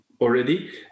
already